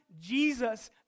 Jesus